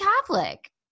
Catholic